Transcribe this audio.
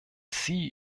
sie